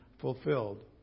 fulfilled